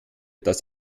dass